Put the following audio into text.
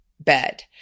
Bed